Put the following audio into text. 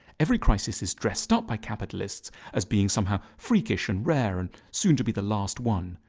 every crisis is dressed up by capitalists as being somehow freakish and rare and soon to be the last one.